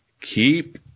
keep